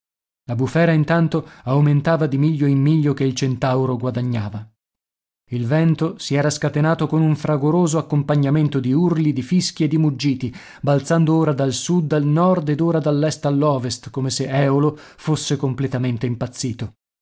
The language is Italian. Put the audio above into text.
la bufera intanto aumentava di miglio in miglio che il centauro guadagnava il vento si era scatenato con un fragoroso accompagnamento di urli di fischi e di muggiti balzando ora dal sud al nord ed ora dall'est all'ovest come se eolo fosse completamente impazzito